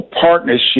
partnership